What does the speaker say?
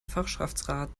fachschaftsrat